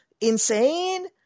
insane